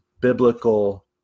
biblical